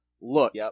Look